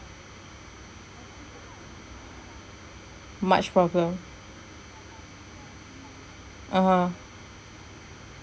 much problem (uh huh)